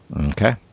okay